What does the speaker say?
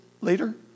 later